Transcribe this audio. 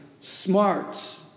smarts